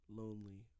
lonely